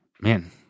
man